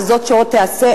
וזאת שעוד תיעשה,